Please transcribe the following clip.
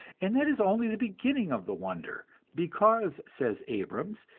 and that is only the beginning of the wonder because, says abrams,